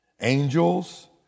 Angels